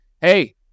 hey